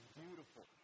beautiful